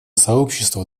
сообщество